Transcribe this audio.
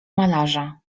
malarza